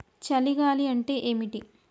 చలి గాలి అంటే ఏమిటి?